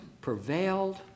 prevailed